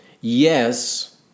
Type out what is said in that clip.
yes